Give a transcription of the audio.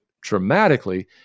dramatically